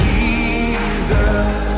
Jesus